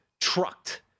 trucked